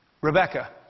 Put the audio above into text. Rebecca